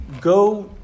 go